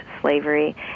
slavery